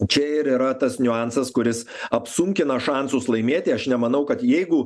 čia ir yra tas niuansas kuris apsunkina šansus laimėti aš nemanau kad jeigu